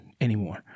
anymore